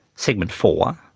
segment four,